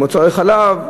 מוצרי חלב,